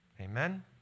Amen